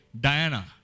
Diana